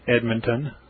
Edmonton